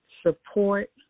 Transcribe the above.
support